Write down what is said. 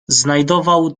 znajdował